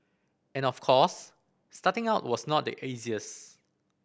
and of course starting out was not the